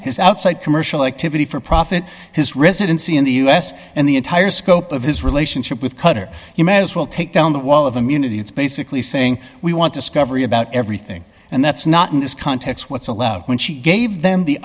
his outside commercial activity for profit his residency in the us and the entire scope of his relationship with cutter you may as well take down the wall of immunity it's basically saying we want to scupper you about everything and that's not in this context what's allowed when she gave them the